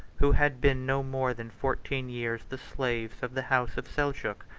who had been no more than fourteen years the slaves of the house of seljuk.